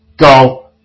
go